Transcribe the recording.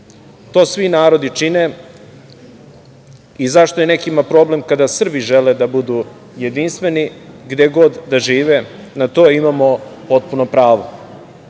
To svi narodi čine i zašto je nekima problem kada Srbi žele da budu jedinstveni, gde god da žive na to imamo potpuno